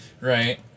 right